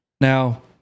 Now